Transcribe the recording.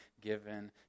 given